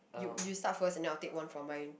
you you start first and then I'll take one from mine